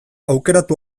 aukeratu